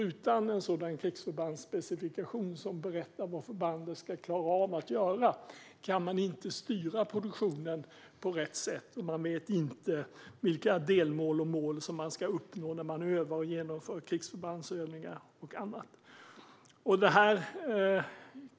Utan en sådan krigsförbandsspecifikation som berättar vad förbandet ska klara av att göra kan man inte styra produktionen på rätt sätt, och man vet inte vilka delmål och mål som man ska uppnå när man övar och genomför krigsförbandsövningar och annat.